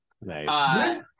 Nice